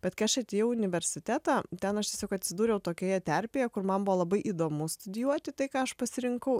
bet kai aš atėjau universitetą ten aš tiesiog atsidūriau tokioje terpėje kur man buvo labai įdomu studijuoti tai ką aš pasirinkau